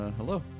Hello